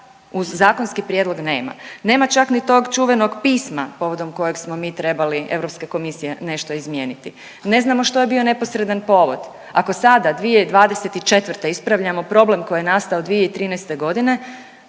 uz zakonski prijedlog nema. Nema čak ni tog čuvenog pisma povodom kojeg smo mi trebali, Europske komisije, nešto izmijeniti, ne znamo što je bio neposredan povod, ako sada 2024. ispravljamo problem koji je nastao 2013. g.,